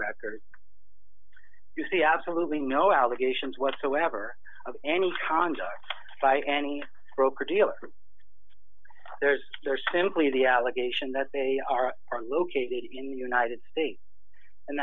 record you see absolutely no allegations whatsoever of any conduct by any broker dealer there's simply the allegation that they are are located in the united states and